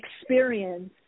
experience